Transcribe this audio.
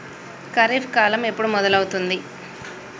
ఖరీఫ్ కాలం ఎప్పుడు మొదలవుతుంది?